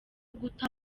guta